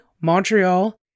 Montreal